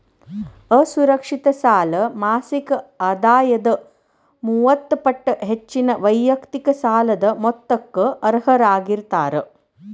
ಅಸುರಕ್ಷಿತ ಸಾಲ ಮಾಸಿಕ ಆದಾಯದ ಮೂವತ್ತ ಪಟ್ಟ ಹೆಚ್ಚಿನ ವೈಯಕ್ತಿಕ ಸಾಲದ ಮೊತ್ತಕ್ಕ ಅರ್ಹರಾಗಿರ್ತಾರ